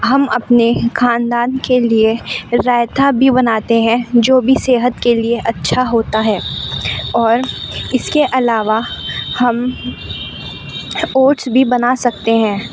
ہم اپنے خاندان کے لیے رائتا بھی بناتے ہیں جو بھی صحت کے لیے اچھا ہوتا ہے اور اس کے علاوہ ہم اوٹس بھی بنا سکتے ہیں